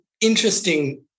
interesting